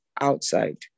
outside